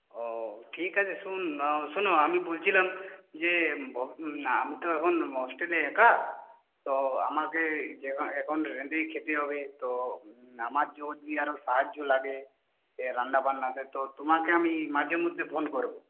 ও ঠিক আছে শোনো আমি বলছিলাম যে আমি তো এখন হস্টেলে একা তো আমাকে এখন রেঁধেই খেতে হবে তো আমার যদি আরও সাহায্য লাগে রান্নাবান্নাতে তো তোমাকে আমি মাঝে মধ্যে ফোন করব